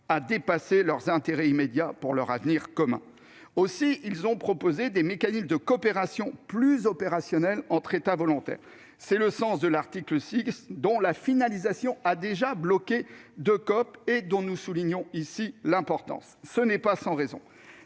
à dépasser leurs intérêts immédiats pour leur avenir commun. Aussi, ils ont proposé des mécanismes de coopération plus opérationnels entre États volontaires : c'est le sens de l'article 6, dont la finalisation a déjà bloqué deux COP et dont nous soulignons l'importance. Ce n'est pas sans raison.